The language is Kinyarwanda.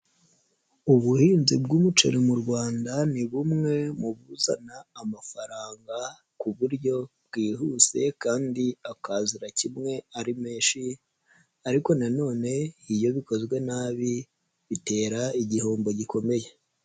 Ubuhinzi bw'umuceri mu Rwanda ni bumwe mu buzana amafaranga ku buryo bwihuse kandi akazira kimwe ari menshi, ariko nanone iyo bikozwe nabi bitera igihombo gikomeye.